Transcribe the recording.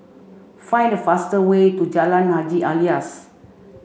find the fastest way to Jalan Haji Alias